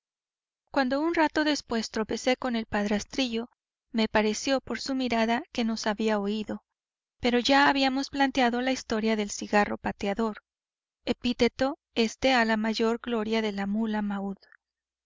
cuando un rato después tropecé con el padrastrillo me pareció por su mirada que nos había oído pero ya habíamos planteado la historia del cigarro pateador epíteto éste a la mayor gloria de la mula maud